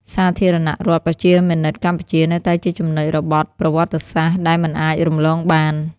សាធារណរដ្ឋប្រជាមានិតកម្ពុជា នៅតែជាចំណុចរបត់ប្រវត្តិសាស្ត្រដែលមិនអាចរំលងបាន។